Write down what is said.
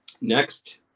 next